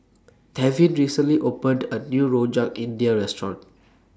Tevin recently opened A New Rojak India Restaurant